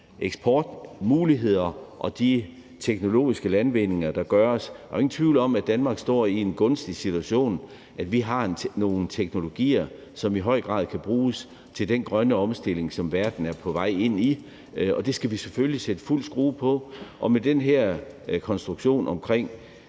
eksportmuligheder og teknologiske landvindinger, der skabes. Der er jo ingen tvivl om, at Danmark står i den gunstige situation, at vi har nogle teknologier, som i høj grad kan bruges til den grønne omstilling, som verden er på vej ind i. Det skal vi selvfølgelig sætte fuld skrue på. Og med den her konstruktion af den